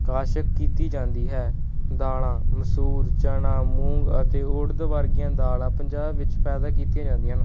ਕਾਸ਼ਤ ਕੀਤੀ ਜਾਂਦੀ ਹੈ ਦਾਲਾਂ ਮਸੂਰ ਚਣਾ ਮੂੰਗੀ ਅਤੇ ਉੜਦ ਵਰਗੀਆਂ ਦਾਲਾਂ ਪੰਜਾਬ ਵਿੱਚ ਪੈਦਾ ਕੀਤੀਆਂ ਜਾਂਦੀਆਂ ਹਨ